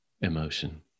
emotion